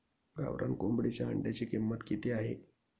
गावरान कोंबडीच्या अंड्याची किंमत किती आहे?